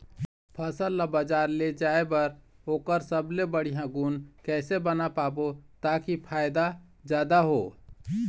फसल ला बजार ले जाए बार ओकर सबले बढ़िया गुण कैसे बना पाबो ताकि फायदा जादा हो?